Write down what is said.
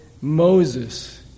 Moses